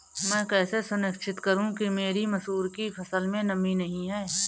मैं कैसे सुनिश्चित करूँ कि मेरी मसूर की फसल में नमी नहीं है?